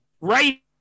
right